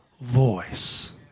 voice